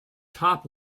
top